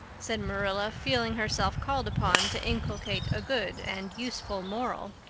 said marilla, feeling herself called upon to inculcate a good and useful moral.